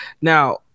Now